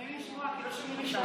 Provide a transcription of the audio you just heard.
באתי לשמוע מפה, כי לא שומעים משם.